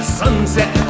sunset